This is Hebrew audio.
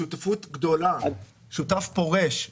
של שותפות שהיום נסחרת.